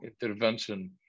intervention